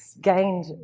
gained